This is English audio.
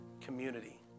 community